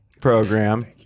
program